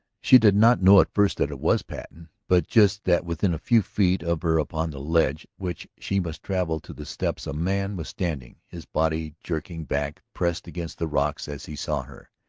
she did not know at first that it was patten, but just that within a few feet of her upon the ledge which she must travel to the steps a man was standing, his body jerking back, pressed against the rocks as he saw her.